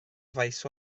faes